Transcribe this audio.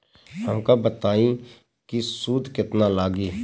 हमका बताई कि सूद केतना लागी?